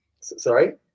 Sorry